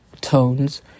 tones